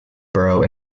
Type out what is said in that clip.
borough